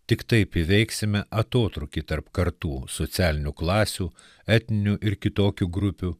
tik taip įveiksime atotrūkį tarp kartų socialinių klasių etninių ir kitokių grupių